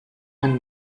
man